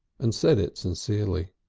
and said it sincerely.